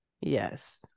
Yes